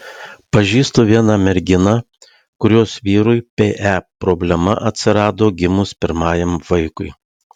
pažįstu vieną merginą kurios vyrui pe problema atsirado gimus pirmajam vaikui